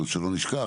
שלא נשכח,